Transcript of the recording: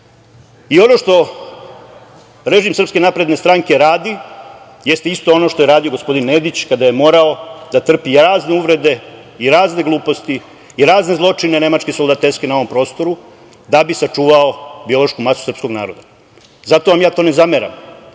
što režim SNS radi jeste isto ono što je radio gospodin Nedić kada je morao da trpi razne uvrede i razne gluposti razne nemačke soldateske na ovom prostoru da bi sačuvao biološku masu srpskog naroda. Zato vam ja to ne zameram,